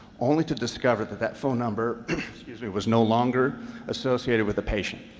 only to discover that that phone number was no longer associated with the patient.